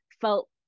felt